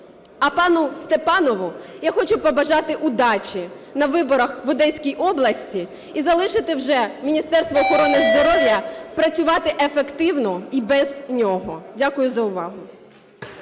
А пану Степанову я хочу побажати удачі на виборах в Одеській області і залишити вже Міністерство охорони здоров'я працювати ефективно і без нього. Дякую за увагу.